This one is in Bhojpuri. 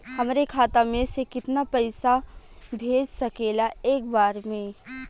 हमरे खाता में से कितना पईसा भेज सकेला एक बार में?